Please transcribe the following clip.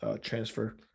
transfer